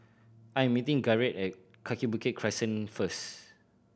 I am meeting Garrett at Kaki Bukit Crescent first